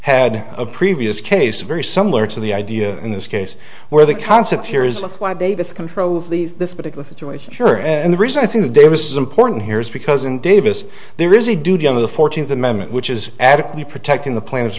had a previous case very similar to the idea in this case where the concept here is why davis controls these this particular situation here and the reason i think davis is important here is because in davis there is a duty of the fourteenth amendment which is adequately protecting the pla